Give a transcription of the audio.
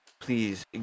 please